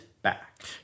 Back